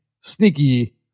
sneaky